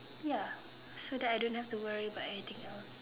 ya so that I don't have to worry about anything else